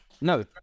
No